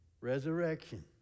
Resurrection